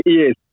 yes